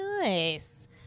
Nice